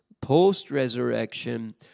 post-resurrection